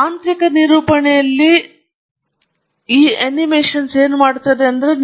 ತಾಂತ್ರಿಕ ನಿರೂಪಣೆಯಲ್ಲಿ